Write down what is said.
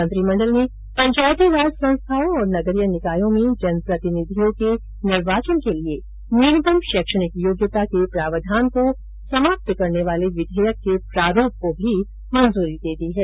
मंत्रिमण्डल ने पंचायतीराज संस्थाओं और नगरीय निकायों में जनप्रतिनिधियों के निर्वाचन के लिए न्यूनतम शैक्षणिक योग्यता के प्रावधान को समाप्त करने वाले विधेयक के प्रारूप को भी मंजूरी दे दी है